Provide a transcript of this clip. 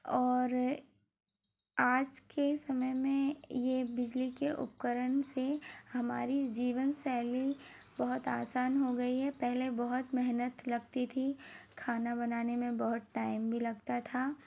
और आज के समय में ये बिजली के उपकरण से हमारी जीवन शैली बहुत आसान हो गई है पहले बहुत मेहनत लगती थी खाना बनाने में बहुत टाइम भी लगता था